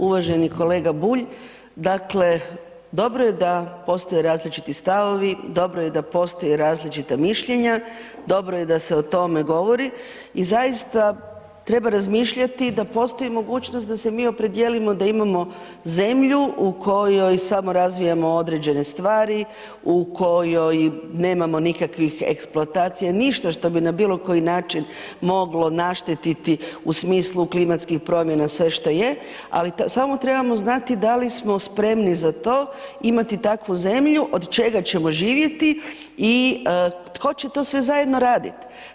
Uvaženi kolega Bulj, dakle, dobro je da postoje različiti stavovi, dobro je da postoje različita mišljenja, dobro je da se o tome govori i zaista treba razmišljati da postoji mogućnost da se mi opredijelimo da imamo mi zemlju u kojoj samo razvijamo određene stvari, u kojoj nemamo nikakvih eksploatacija, ništa što bi na bilokoji način moglo naštetiti u smislu klimatskih promjena, sve što je ali samo trebamo znati da li smo spremni za to imati takvu zemlju, od čega ćemo živjeti i tko će to sve zajedno radit.